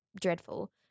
dreadful